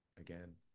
Again